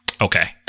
Okay